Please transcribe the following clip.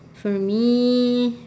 for me